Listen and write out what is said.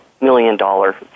million-dollar